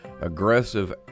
aggressive